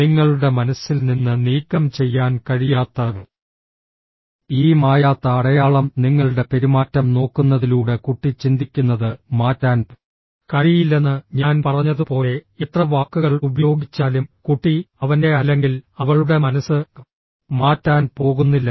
നിങ്ങളുടെ മനസ്സിൽ നിന്ന് നീക്കം ചെയ്യാൻ കഴിയാത്ത ഈ മായാത്ത അടയാളം നിങ്ങളുടെ പെരുമാറ്റം നോക്കുന്നതിലൂടെ കുട്ടി ചിന്തിക്കുന്നത് മാറ്റാൻ കഴിയില്ലെന്ന് ഞാൻ പറഞ്ഞതുപോലെ എത്ര വാക്കുകൾ ഉപയോഗിച്ചാലും കുട്ടി അവന്റെ അല്ലെങ്കിൽ അവളുടെ മനസ്സ് മാറ്റാൻ പോകുന്നില്ല